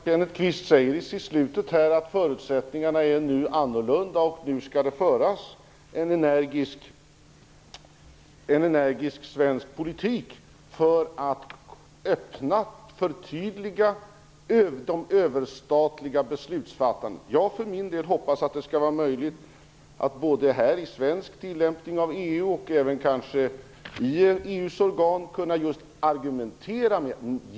Fru talman! Jag vill inte orda mycket mer än vad Förutsättningarna är nu annorlunda, och nu skall det föras en energisk svensk politik för att öppna och förtydliga det överstatliga beslutsfattandet. Jag för min del hoppas att det skall vara möjligt såväl vid svensk tillämpning av EU-rätt som inom EU:s organ att kunna argumentera.